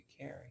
carry